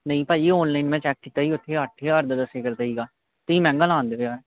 ਨਹੀਂ ਭਾਅ ਜੀ ਅੋਨਲਾਈਨ ਮੈਂ ਚੈੱਕ ਕੀਤਾ ਸੀ ਉੱਥੇ ਅੱਠ ਹਜ਼ਾਰ ਦਾ ਦੱਸੀ ਕਰਦੇ ਹੀਗਾ ਤੁਸੀਂ ਮਹਿੰਗਾ ਲਾਉਂਦੇ ਪਏ ਹੈ